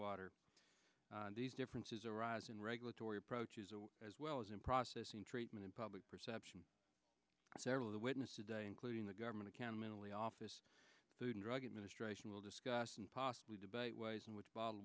water these differences are rise in regulatory approaches or as well as in processing treatment in public perception several of the witness today including the government can mentally office food and drug administration will discuss and possibly debate ways in which bottled